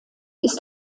ist